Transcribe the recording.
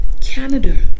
Canada